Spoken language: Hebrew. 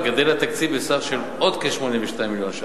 גדל התקציב בסך של עוד כ-82 מיליון שקל,